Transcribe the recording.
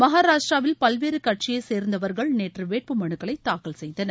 மகாராஷ்டிராவில் பல்வேறு கட்சியை சேர்ந்தவர்கள் நேற்று வேட்பு மனுக்களை தாக்கல் செய்தனர்